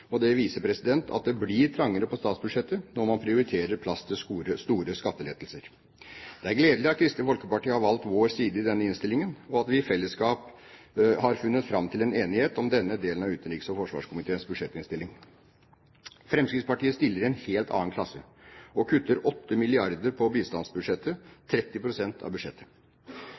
Det viser at det blir trangere på statsbudsjettet når man prioriterer plass til store skattelettelser. Det er gledelig at Kristelig Folkeparti har valgt vår side i denne innstillingen, og at vi i fellesskap har funnet fram til en enighet om denne delen av utenriks- og forsvarskomiteens budsjettinnstilling. Fremskrittspartiet stiller i en helt annen klasse og kutter 8 mrd. kr på bistandsbudsjettet – 30 pst. av budsjettet.